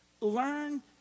Learn